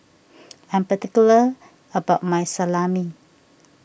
I'm particular about my Salami